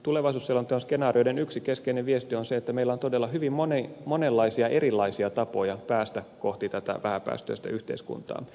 tulevaisuusselonteon skenaarioiden yksi keskeinen viesti on se että meillä on todella hyvin monenlaisia erilaisia tapoja päästä kohti tätä vähäpäästöistä yhteiskuntaa